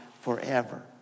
forever